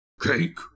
Cake